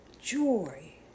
joy